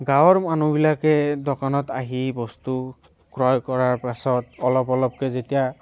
গাঁৱৰ মানুহবিলাকে দোকানত আহি বস্তু ক্ৰয় কৰাৰ পাছত অলপ অলপকৈ যেতিয়া